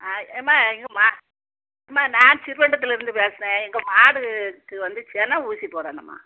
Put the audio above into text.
அம்மா இது மா அம்மா நான் ஸ்ரீவைகுண்டத்துலிர்ந்து பேசுகிறேன் எங்கள் மாடுக்கு வந்து செனை ஊசி போடணும்மா